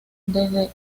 desde